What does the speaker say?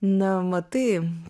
na matai